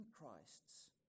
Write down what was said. Christ's